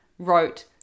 Wrote